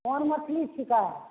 कोन मछली छीका